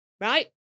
Right